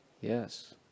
yes